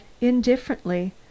indifferently